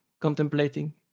contemplating